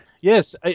Yes